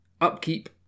Upkeep